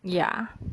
ya